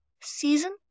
season